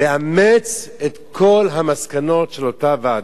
לאמץ את כל המסקנות של אותה ועדה.